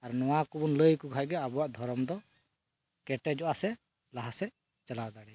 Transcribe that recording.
ᱟᱨ ᱱᱚᱣᱟ ᱠᱚᱵᱚᱱ ᱞᱟᱹᱭ ᱟᱠᱚ ᱠᱷᱟᱱ ᱜᱮ ᱟᱵᱚᱣᱟᱜ ᱫᱷᱚᱨᱚᱢ ᱫᱚ ᱠᱮᱴᱮᱡᱚᱜᱼᱟ ᱥᱮ ᱞᱟᱦᱟ ᱥᱮᱫ ᱪᱟᱞᱟᱣ ᱫᱟᱲᱮᱭᱟᱜᱼᱟ